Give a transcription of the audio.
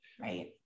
Right